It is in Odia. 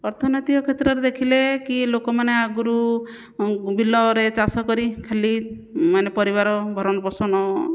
ଅର୍ଥନୈତିକ କ୍ଷେତ୍ରରେ ଦେଖିଲେ କି ଲୋକମାନେ ଆଗରୁ ବିଲରେ ଚାଷ କରି ଖାଲି ମାନେ ପରିବାର ଭରଣପୋଷଣ